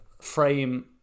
frame